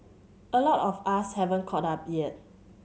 a lot of us haven't caught up yet